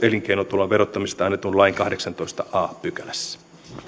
elinkeinotulon verottamisesta annetun lain kahdeksannessatoista a pykälässä